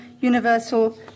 universal